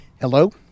Hello